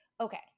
okay